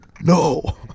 No